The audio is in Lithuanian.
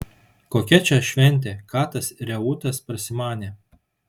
kokia čia šventė ką tas reutas prasimanė